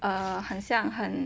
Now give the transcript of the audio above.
uh 很香很